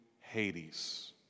Hades